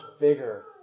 bigger